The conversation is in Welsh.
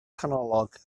canolog